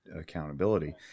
accountability